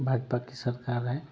भाजपा की सरकार है